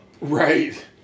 Right